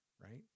right